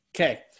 Okay